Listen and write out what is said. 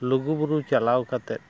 ᱞᱩᱜᱩᱵᱩᱨᱩ ᱪᱟᱞᱟᱣ ᱠᱟᱛᱮᱫ